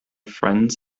friends